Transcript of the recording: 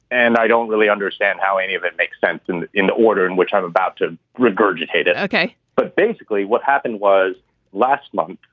and i don't really understand how any of it makes sense in in order in which i'm about to regurgitate it. ok but basically what happened was last month,